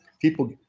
People